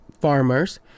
farmers